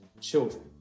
children